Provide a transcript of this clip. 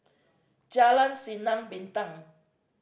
Jalan Sinar Bintang